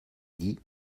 dit